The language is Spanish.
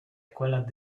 escuelas